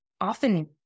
often